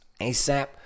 ASAP